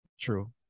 True